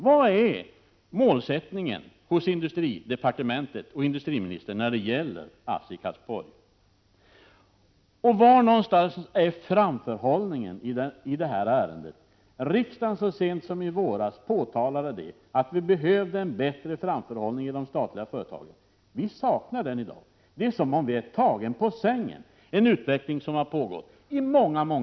Vad är målsättningen hos industridepartementet och industriministern när det gäller ASSI Karlsborg? Och var någonstans finns framförhållningen i det här ärendet? Riksdagen framhöll så sent som i våras att vi behöver en bättre framförhållning i de statliga företagen. Vi saknar det i dag. Det är som om man blir tagen på sängen, trots att utvecklingen har pågått i många år.